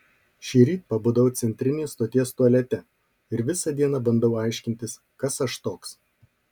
šįryt pabudau centrinės stoties tualete ir visą dieną bandau aiškintis kas aš toks